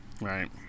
right